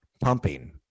pumping